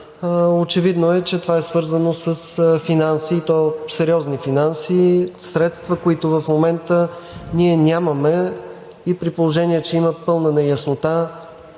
Очевидно е, че това е свързано с финанси, и то сериозни финанси, и средства, които в момента ние нямаме. При положение че има пълна неяснота